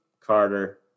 Carter